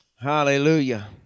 Hallelujah